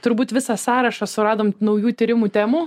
turbūt visą sąrašą suradom naujų tyrimų temų